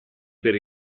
per